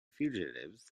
fugitives